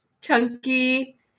chunky